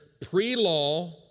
pre-law